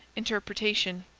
interpretation.